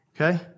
Okay